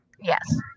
Yes